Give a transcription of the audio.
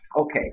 Okay